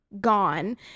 gone